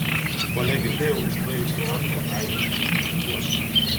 kone girdėjau iš praėjusių amžių aidintį vaikų juoką